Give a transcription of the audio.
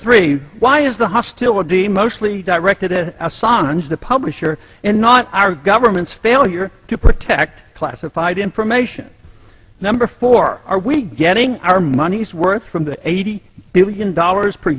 three why is the hostility mostly directed at a songe the publisher and not our government's failure to protect classified information number four are we getting our money's worth from the eighty billion dollars per